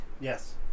Yes